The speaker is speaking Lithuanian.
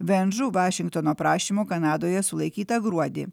ven žu vašingtono prašymu kanadoje sulaikyta gruodį